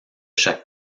chaque